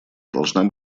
должны